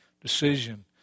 decision